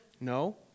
No